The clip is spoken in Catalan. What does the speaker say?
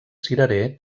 cirerer